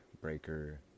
Breaker